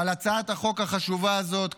על הצעת החוק החשובה הזאת.